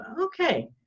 Okay